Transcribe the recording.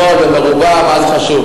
עגול, ומרובע, מה זה חשוב?